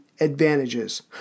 advantages